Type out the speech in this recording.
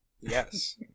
Yes